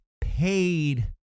paid